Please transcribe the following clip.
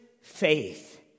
faith